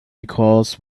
because